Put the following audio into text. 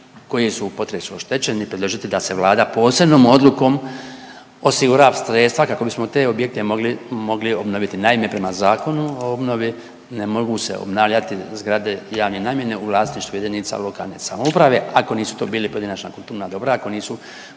koje su u potresu oštećene predložiti da se Vlada posebnom odlukom osigura sredstva kako bismo te objekte mogli, mogli obnoviti. Naime, prema Zakonu o obnovi ne mogu se obnavljati zgrade javne namjene u vlasništvu JLS ako nisu to bili pojedinačno …, ako nisu